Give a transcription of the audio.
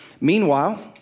Meanwhile